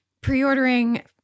pre-ordering